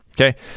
okay